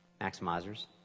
maximizers